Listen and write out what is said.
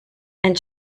and